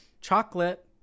chocolate